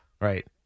Right